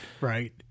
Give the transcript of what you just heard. right